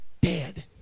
Dead